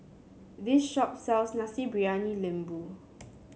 this shop sells Nasi Briyani Lembu